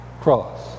cross